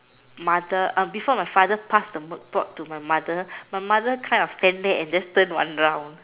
mother um before my father pass the milk pot to my mother my mother kind of just stand there and turn one round